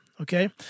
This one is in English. Okay